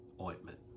ointment